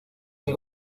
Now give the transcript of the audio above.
del